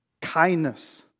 Kindness